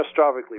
catastrophically